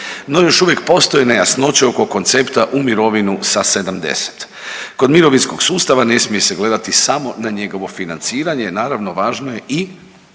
No još uvijek postoje nejasnoće oko koncepta u mirovinu sa 70. Kod mirovinskog sustava ne smije se gledati samo na njegovo financiranje, naravno važno je i,